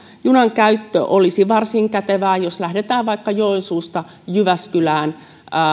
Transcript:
junan käyttö olisi varsin kätevää jos lähdetään vaikka joensuusta jyväskylään